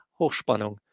Hochspannung